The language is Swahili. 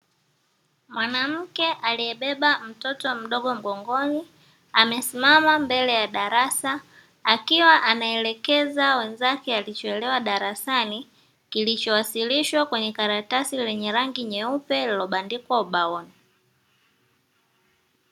Mwanamke aliyebeba mtoto mdogo mgongoni, amesimama mbele ya darasa akiwa anaelekeza wenzake alichoelewa darasani, kilichowasilishwa kwenye karatasi lenye rangi nyeupe lililobandikwa ubaoni.